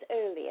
earlier